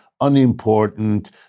unimportant